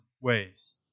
ways